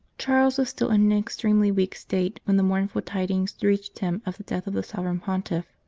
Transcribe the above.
charles was still in an extremely weak state when the mournful tidings reached him of the death of the sovereign pontiff.